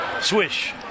Swish